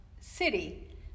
city